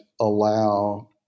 allow